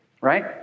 right